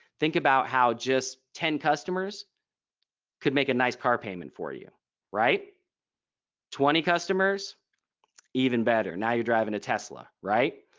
think about how just ten customers could make a nice car payment for you right twenty customers even better now you're driving a tesla. right.